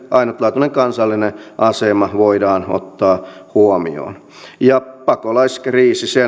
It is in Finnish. ainutlaatuinen kansallinen asema voidaan ottaa huomioon pakolaiskriisin